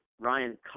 Ryan